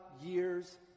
years